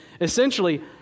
essentially